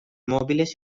móviles